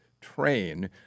train